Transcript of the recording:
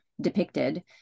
depicted